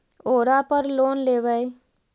ओरापर लोन लेवै?